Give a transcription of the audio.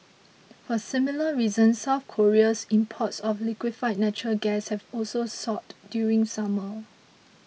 for similar reasons South Korea's imports of liquefied natural gas have also soared during summer